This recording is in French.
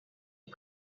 est